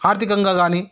ఆర్థికంగా కానీ